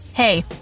Hey